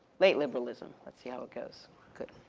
late liberalism. let's see how it goes good.